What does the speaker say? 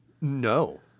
no